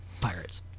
Pirates